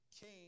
Cain